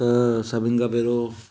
त सभिनि खां पहिरियों